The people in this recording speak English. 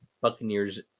Buccaneers